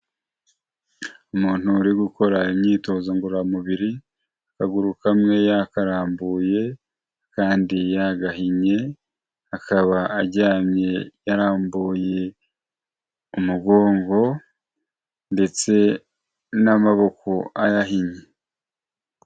Umuntu uri gukora imyitozo ngororamubiri, akaguru kamwe yakarambuye akandi yagahinye, akaba aryamye yarambuye umugongo ndetse n'amaboko ayahinye.